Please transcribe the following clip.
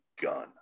gun